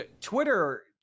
Twitter